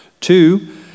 Two